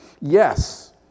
Yes